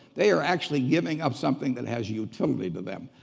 they are actually giving up something that has utility to them.